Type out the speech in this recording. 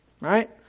Right